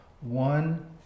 one